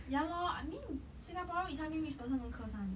ya lor I mean singaporean you tell me which person don't curse [one]